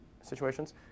situations